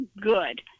good